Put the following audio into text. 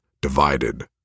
divided